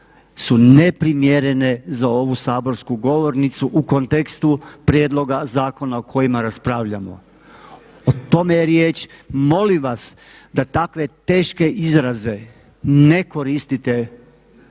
su neprimjerene za ovu saborsku govornicu u kontekstu prijedloga zakona o kojima raspravljamo. O tome je riječ. Molim vas da takve teške izraze ne koristite u